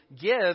Give